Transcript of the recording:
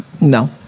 No